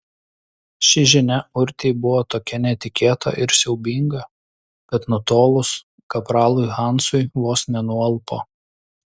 ši žinia urtei buvo tokia netikėta ir siaubinga kad nutolus kapralui hansui vos nenualpo